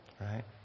Right